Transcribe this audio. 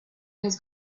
has